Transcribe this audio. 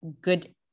good